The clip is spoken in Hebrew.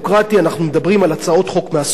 אנחנו מדברים על הצעות חוק מהסוג הזה,